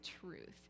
truth